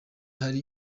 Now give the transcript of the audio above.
hari